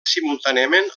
simultàniament